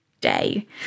day